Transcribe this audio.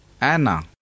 Anna